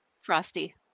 frosty